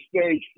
stage